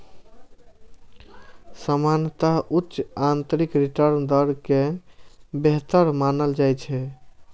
सामान्यतः उच्च आंतरिक रिटर्न दर कें बेहतर मानल जाइ छै